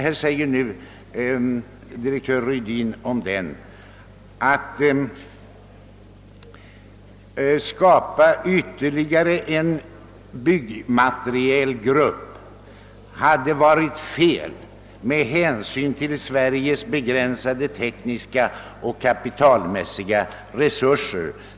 Det heter i kommunikén att det »hade varit fel med hänsyn till Sveriges begränsade tekniska och kapitalmässiga resurser» att skapa ytterligare en byggmaterialgrupp.